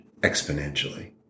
exponentially